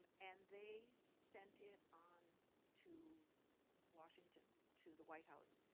um and they sent it on to washington, to the white house.